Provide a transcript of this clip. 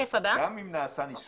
אנחנו מבקשים היום לקיים דיון